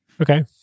okay